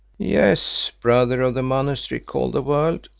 yes, brother of the monastery called the world,